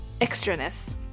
extraness